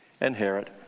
inherit